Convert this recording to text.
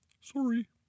Sorry